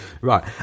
Right